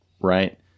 Right